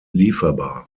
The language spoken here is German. lieferbar